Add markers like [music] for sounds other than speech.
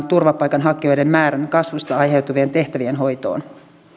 [unintelligible] turvapaikanhakijoiden määrän kasvusta aiheutuvien tehtävien hoitoon